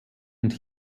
und